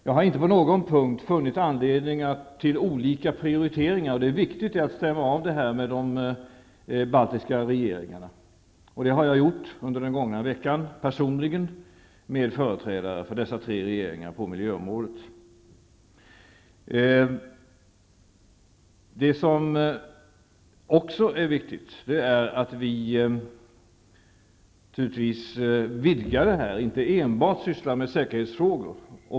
Jag har inte på någon punkt funnit anledning till olika prioriteringar. Det är viktigt att stämma av det här med de baltiska regeringarna. Det har jag gjort under den gångna veckan personligen med företrädare på miljöområdet för dessa tre regeringar. Vad som också är viktigt är att vi vidgar samarbetet, inte enbart sysslar med säkerhetsfrågor.